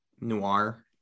noir